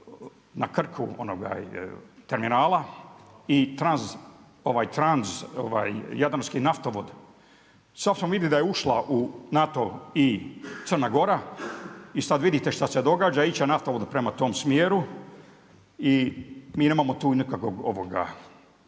na Krku terminala i jadranski naftovod. Sad smo vidjeli da je ušla u NATO i Crna Gora, i sad vidite šta se događa, ići će naftovod prema tom smjeru i mi nemamo tu nikakvog